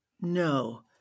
No